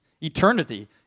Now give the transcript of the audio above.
eternity